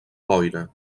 boira